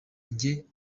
jye